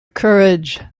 courage